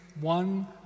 one